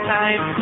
time